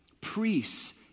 Priests